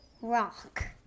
rock